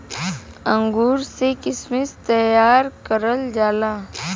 अंगूर से किशमिश तइयार करल जाला